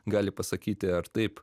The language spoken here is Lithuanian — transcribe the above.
gali pasakyti ar taip